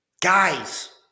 Guys